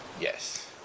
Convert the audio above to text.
yes